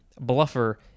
Bluffer